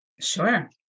Sure